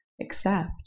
accept